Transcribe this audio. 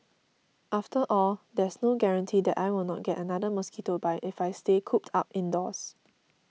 after all there's no guarantee that I will not get another mosquito bite if I stay cooped up indoors